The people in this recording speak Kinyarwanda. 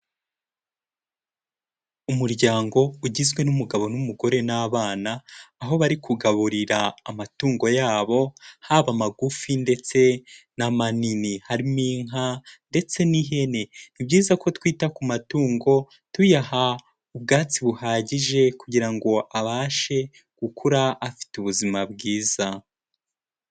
Umuryango ugizwe n'umugabo n'umugore n'abana, aho bari kugaburira amatungo yabo, haba magufi ndetse n'amanini, harimo inka ndetse n'ihene. Ni byiza ko twita ku matungo tuyaha ubwatsi buhagije kugira ngo abashe gukura afite ubuzima bwiza.